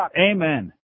Amen